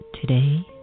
Today